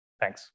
Thanks